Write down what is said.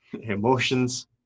emotions